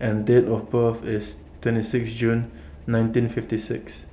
and Date of birth IS twenty six June nineteen fifty six